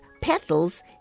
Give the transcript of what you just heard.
petals